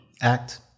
act